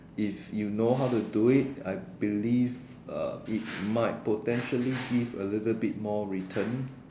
if you know how to do it I believe uh it might potentially give a little bit more return